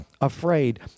afraid